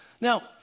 Now